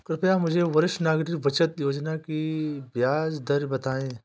कृपया मुझे वरिष्ठ नागरिक बचत योजना की ब्याज दर बताएं?